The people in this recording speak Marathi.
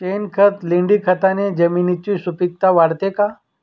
शेणखत, लेंडीखताने जमिनीची सुपिकता वाढते का?